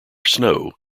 snow